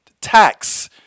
tax